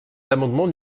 l’amendement